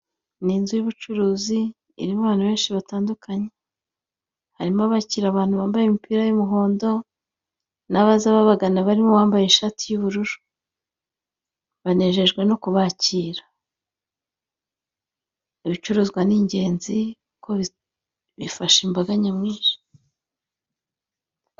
Ni inzu y'ubucuruzi irimo abantu benshi batandukanye, harimo abakira abantu bambaye imipira y'umuhondo n'abaza babagana barimo uwambaye ishati y'ubururu, banejejwe no kubakira, ibicuruzwa ni ingenzi kuko bifasha imbaga nyamwinshi.